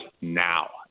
now